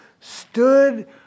stood